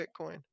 Bitcoin